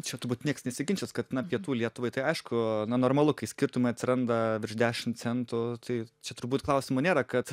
čia turbūt nieks nesiginčys kad pietų lietuvai tai aišku na normalu kai skirtumai atsiranda virš dešim centų tai čia turbūt klausimo nėra kad